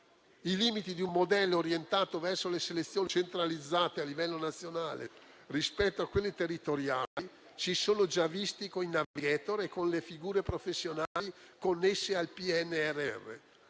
I limiti di un modello orientato verso le selezioni centralizzate a livello nazionale, rispetto a quelle territoriali, si sono già visti con i *navigator* e con le figure professionali connesse al PNRR.